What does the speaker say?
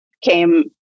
came